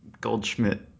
goldschmidt